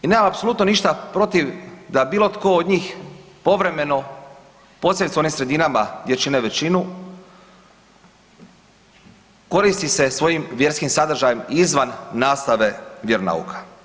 I nemam apsolutno ništa protiv da bilo tko od njih povremeno posebice u onim sredinama gdje čine većinu koristi se svojim vjerskim sadržajem izvan nastave vjeronauka.